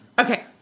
Okay